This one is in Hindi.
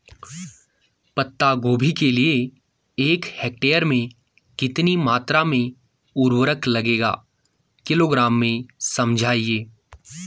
पत्ता गोभी के लिए एक हेक्टेयर में कितनी मात्रा में उर्वरक लगेगा किलोग्राम में समझाइए?